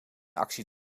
actie